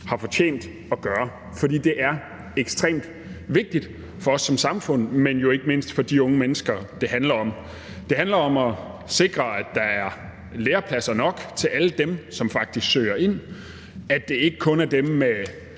har fortjent at gøre, for det er ekstremt vigtigt for os som samfund, men jo ikke mindst for de unge mennesker, det handler om. Det handler om at sikre, at der er lærepladser nok til alle dem, som faktisk søger ind, og at det ikke kun er dem med